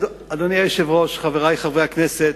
אדוני היושב-ראש, חברי חברי הכנסת,